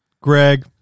Greg